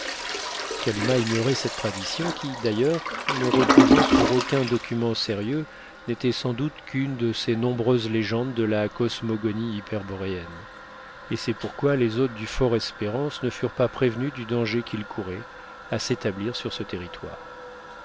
kalumah ignorait cette tradition qui d'ailleurs ne reposant sur aucun document sérieux n'était sans doute qu'une de ces nombreuses légendes de la cosmogonie hyperboréenne et c'est pourquoi les hôtes du fortespérance ne furent pas prévenus du danger qu'ils couraient à s'établir sur ce territoire